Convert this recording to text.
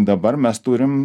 dabar mes turim